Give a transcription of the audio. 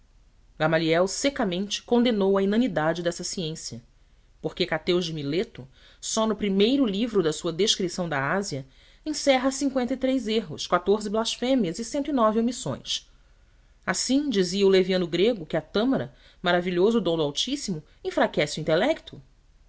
epicarmo gamaliel secamente condenou a inanidade dessa ciência porque hecateu de mileto só no primeiro livro da sua descrição da ásia encerra cinqüenta e três erros quatorze blasfêmias e cento e nove omissões assim dizia o leviano grego que a tâmara maravilhoso dom do altíssimo enfraquece o intelecto